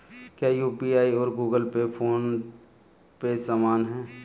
क्या यू.पी.आई और Google pay phone pay समान हैं?